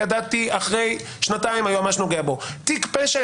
ידעתי שאחרי שנתיים היועמ"ש נוגע בו; תיק פשע?